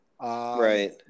Right